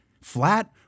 flat